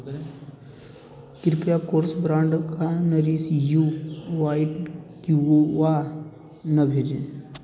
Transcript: कृपया Chorus brand का nourish you white क्योवोआ न भेजें